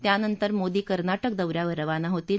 त्यानंतर मोदी कर्नाटक दौ यावर रवाना होतील